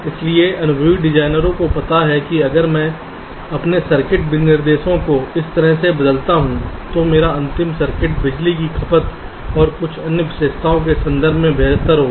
इसलिए अनुभवी डिजाइनरों को पता है कि अगर मैं अपने इनपुट विनिर्देश को इस तरह से बदलता हूं तो मेरा अंतिम सर्किट बिजली की खपत और कुछ अन्य विशेषताओं के संदर्भ में बेहतर होगा